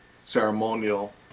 ceremonial